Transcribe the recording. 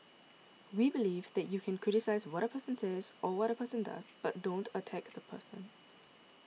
we believe that you can criticise what a person says or what a person does but don't attack the person